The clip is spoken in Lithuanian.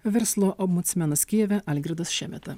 verslo ombudsmenas kijeve algirdas šemeta